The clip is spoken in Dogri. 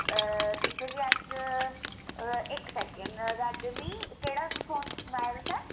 तुसें गी अस इक सैकेंड राजा जी केह्ड़ा फोन सनाया तुसें